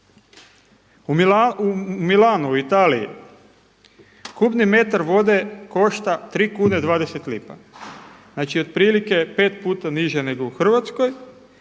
U Milanu u Italiji kubni metar vode košta 3,20 kuna, znači otprilike pet puta niže nego u Hrvatskoj,